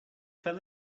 fell